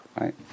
right